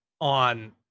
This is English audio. on